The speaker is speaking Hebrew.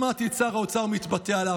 שמעתי את שר האוצר מתבטא עליו.